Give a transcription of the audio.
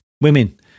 Women